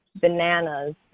bananas